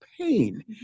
pain